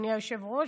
אדוני היושב-ראש.